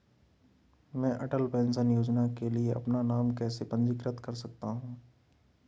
मैं अटल पेंशन योजना के लिए अपना नाम कैसे पंजीकृत कर सकता हूं?